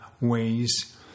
ways